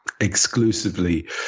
exclusively